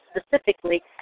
specifically